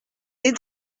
des